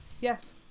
Yes